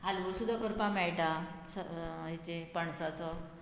हालवो सुद्दा करपाक मेळटा हेचे पणसाचो